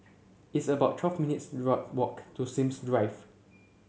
it's about twelve minutes walk to Sims Drive